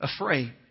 afraid